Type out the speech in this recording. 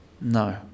No